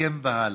מכם והלאה.